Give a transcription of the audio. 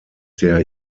der